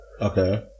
Okay